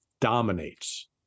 dominates